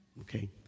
Okay